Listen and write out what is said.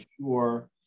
sure